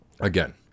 again